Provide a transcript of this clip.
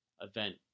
event